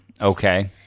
Okay